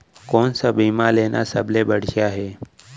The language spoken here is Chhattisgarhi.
कोन स बीमा लेना सबले बढ़िया हे?